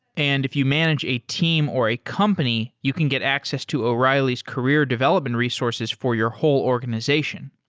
and if you manage a team or a company, you can get access to o'reilly's career development resources for your whole organization.